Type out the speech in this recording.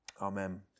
Amen